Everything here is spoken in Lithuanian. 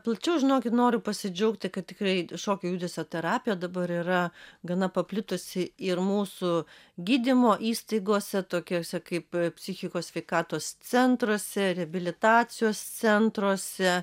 plačiau žinokit noriu pasidžiaugti kad tikrai šokio judesio terapija dabar yra gana paplitusi ir mūsų gydymo įstaigose tokiose kaip psichikos sveikatos centruose reabilitacijos centruose